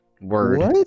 Word